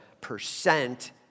percent